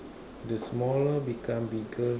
the smaller become bigger